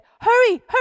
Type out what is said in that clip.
hurry